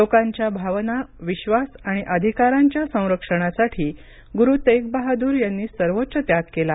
लोकांच्या भावना विश्वास आणि अधिकारांच्या संरक्षणासाठी गुरु तेगबहादूर यांनी सर्वोच्च त्याग केला